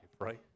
right